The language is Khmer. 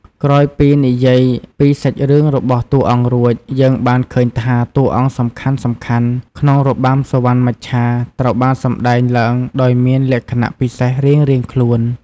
ក្រោយពីនិយាយពីសាច់រឿងរបស់តួអង្គរួច យើងបានឃើញថាតួអង្គសំខាន់ៗក្នុងរបាំសុវណ្ណមច្ឆាត្រូវបានសម្ដែងឡើងដោយមានលក្ខណៈពិសេសរៀងៗខ្លួន។